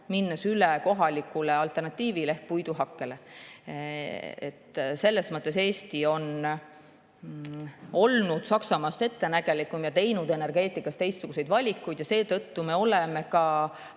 minnes üle kohalikule alternatiivile ehk puiduhakkele. Selles mõttes on Eesti olnud Saksamaast ettenägelikum ja teinud energeetikas teistsuguseid valikuid. Seetõttu me oleme ka